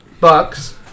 Bucks